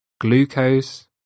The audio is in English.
glucose